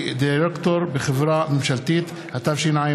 כדירקטור בחברה ממשלתית), התשע"ו